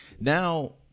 Now